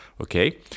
Okay